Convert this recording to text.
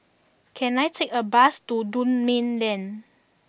can I take a bus to Dunman Lane